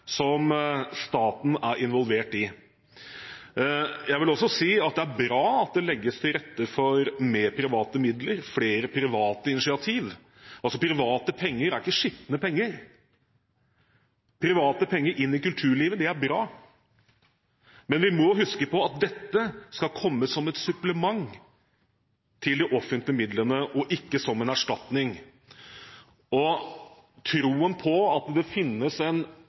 som staten er involvert i. Jeg vil også si at det er bra at det legges til rette for mer private midler – flere private initiativer. Private penger er ikke skitne penger. Private penger inn i kulturlivet er bra. Men vi må huske på at dette skal komme som et supplement til de offentlige midlene, og ikke som en erstatning. Troen på at det finnes en